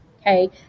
Okay